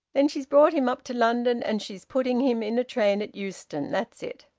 then she's brought him up to london, and she's putting him in a train at euston. that's it.